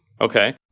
Okay